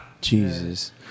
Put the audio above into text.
Jesus